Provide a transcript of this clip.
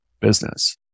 business